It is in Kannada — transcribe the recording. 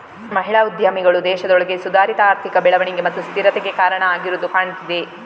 ಮಹಿಳಾ ಉದ್ಯಮಿಗಳು ದೇಶದೊಳಗೆ ಸುಧಾರಿತ ಆರ್ಥಿಕ ಬೆಳವಣಿಗೆ ಮತ್ತು ಸ್ಥಿರತೆಗೆ ಕಾರಣ ಆಗಿರುದು ಕಾಣ್ತಿದೆ